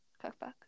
cookbook